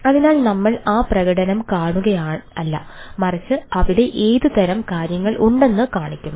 അതിനാൽ നമ്മൾ ആ പ്രകടനം കാണിക്കുകയല്ല മറിച്ച് അവിടെ എന്തുതരം കാര്യങ്ങൾ ഉണ്ടെന്ന് കാണിക്കുന്നു